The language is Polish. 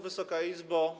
Wysoka Izbo!